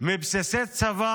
וזליגת נשק ממתקני